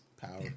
power